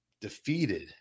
defeated